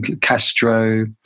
Castro